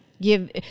give